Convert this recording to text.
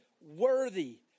worthy